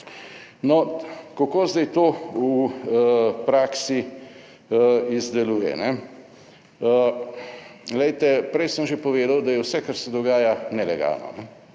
No, kako zdaj to v praksi izdeluje. Glejte, prej sem že povedal, da je vse, kar se dogaja nelegalno.